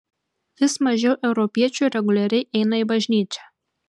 vis mažiau europiečių reguliariai eina į bažnyčią